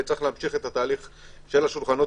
וצריך להמשיך את התהליך של השולחנות